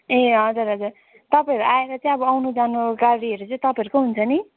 ए हजुर हजुर तपाईँहरू आएर चाहिँ आउनु जानु गाडीहरू तपाईँहरूकै हुन्छ नि